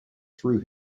threw